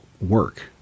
work